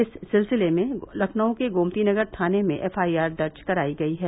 इस सिलसिले में लखनऊ के गोमतीनगर थाने में एफ आई आर दर्ज कराई गई है